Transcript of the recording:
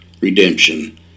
redemption